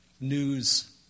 news